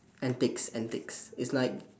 antics antics it's like